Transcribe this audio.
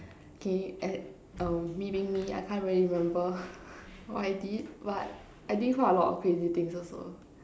okay uh me being me I can't really remember what I did but I did quite a lot of crazy things also